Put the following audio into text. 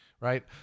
Right